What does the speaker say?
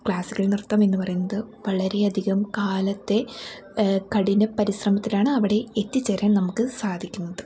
classical നൃത്തം എന്നു പറയുന്നത് വളരെയധികം കാലത്തെ കഠിന പരിശ്രമത്തിലാണ് അവിടെ എത്തിച്ചേരാൻ നമുക്ക് സാധിക്കുന്നത്